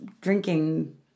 drinking